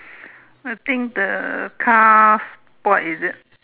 I think the car spoiled is it